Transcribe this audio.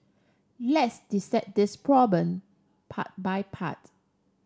let's dissect this problem part by part